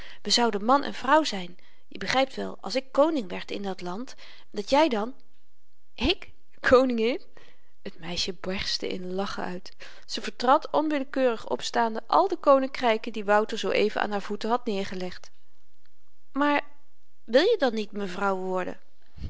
we zouden man en vrouw zyn je begrypt wel als ik koning werd in dat land dat jy dan ik koningin het meisje berstte in lachen uit ze vertrad onwillekeurig op staande al de koninkryken die wouter zoo-even aan haar voeten had neergelegd maar wil je dan niet m'n vrouw worden